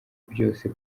byose